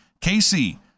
Casey